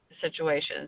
Situations